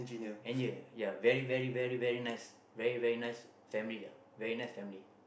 engineer ya very very very very nice very very nice family lah very nice family